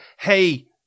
hey